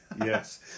Yes